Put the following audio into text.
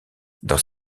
dans